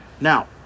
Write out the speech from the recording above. Now